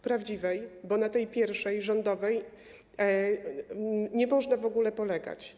Prawdziwej, bo na tej pierwszej, rządowej, nie można w ogóle polegać.